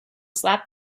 slap